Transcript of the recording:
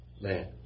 man